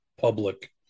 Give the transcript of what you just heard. public